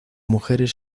mujeres